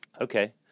Okay